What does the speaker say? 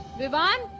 vivaan!